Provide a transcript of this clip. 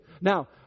Now